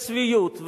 וצביעות בלבד.